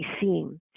seem